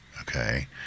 okay